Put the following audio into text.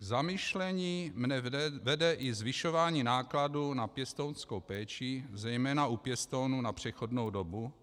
K zamyšlení mě vede i zvyšování nákladů na pěstounskou péči, zejména u pěstounů na přechodnou dobu.